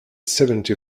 seventy